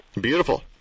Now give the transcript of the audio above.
Beautiful